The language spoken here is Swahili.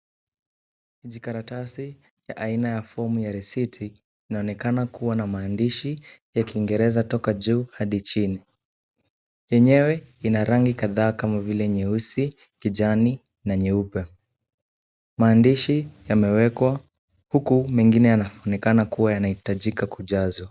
Kijikaratasi aina ya fomu ya risiti inaonekana kuwa na mandishi ya kingereza kutoka juu hadi chini, enyewe ina rangi kadhaa kama vile nyeusi, kijani na nyeupe. Maandishi yamewekwa huku mengine yameonekana kuwa yanaitajika kujazwa.